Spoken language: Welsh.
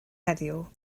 heddiw